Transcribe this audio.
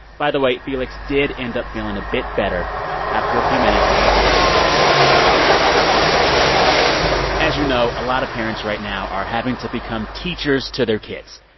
by the way, felix did end up feeling a bit better after a few minutes whoa ah whoa as you know, a lot of parents right now are having to become teachers to their kids,